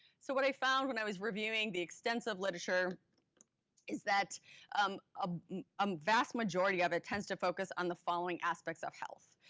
so what i found when i was reviewing the extensive literature is that a um vast majority of it tends to focus on the following aspects of health.